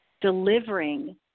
delivering